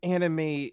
Anime